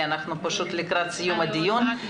אנחנו לקראת סיום הדיון.